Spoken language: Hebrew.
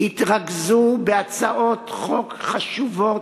התרכזו בהצעות חוק חשובות,